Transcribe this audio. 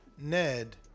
Ned